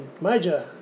major